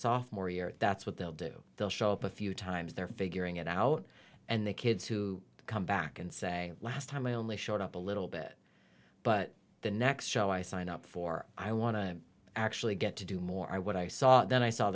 soft more year that's what they'll do they'll show up a few times they're figuring it out and the kids who come back and say last time i only showed up a little bit but the next show i sign up for i want to actually get to do more what i saw then i saw